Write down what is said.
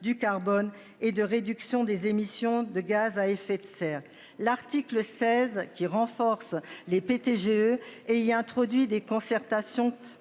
du carbone et de réduction des émissions de gaz à effet de serre. L'article 16 qui renforce les péter GE et il y a introduit des concertations